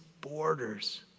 borders